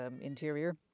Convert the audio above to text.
interior